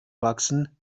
wachsen